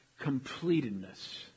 completedness